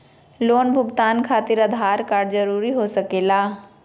Loan भुगतान खातिर Aadhaar card जरूरी हो सके ला?